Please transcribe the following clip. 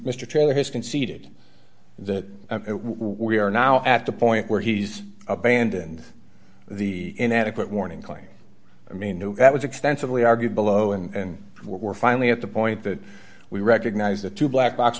mr taylor has conceded that we are now at the point where he's abandoned the inadequate warning claim i mean that was extensively argued below and we're finally at the point that we recognize the two black box